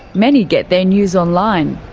many get their news online.